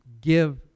give